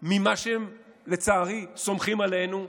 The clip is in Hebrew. שבעה ממה שהם, לצערי, סומכים עלינו.